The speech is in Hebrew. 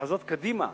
לחזות קדימה